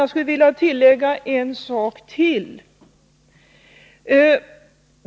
Jag skulle vilja tillägga en sak till.